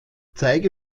zeige